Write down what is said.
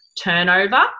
turnover